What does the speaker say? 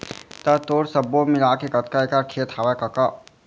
त तोर सब्बो मिलाके कतका एकड़ खेत हवय कका?